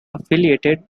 affiliated